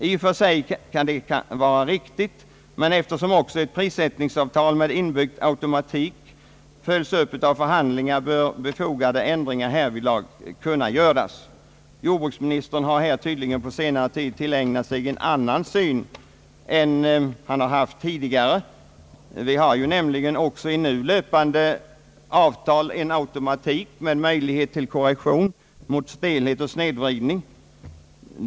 I och för sig kan detta vara riktigt, men eftersom även ett prissättningsavtal med inbyggd automatik följs upp av förhandlingar bör befogade ändringar härvidlag kunna göras. Jordbruksministern har tydligen här på senare tid tillägnat sig en annan syn än han haft tidigare. Vi har nämligen också i nu löpande avtal en automatik med möjlighet till korrektion mot stelhet och snedvridning.